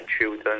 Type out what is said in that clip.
children